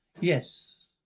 Yes